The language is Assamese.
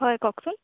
হয় কওকচোন